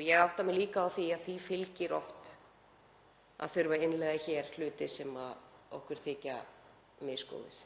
í. Ég átta mig líka á því að því fylgir oft að þurfa að innleiða hér hluti sem okkur þykja misgóðir.